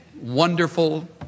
wonderful